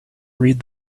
read